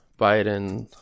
Biden